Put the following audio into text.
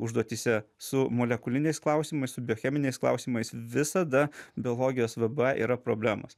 užduotyse su molekuliniais klausimais su biocheminiais klausimais visada biologijos vbe yra problemos